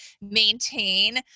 maintain